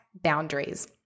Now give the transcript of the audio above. boundaries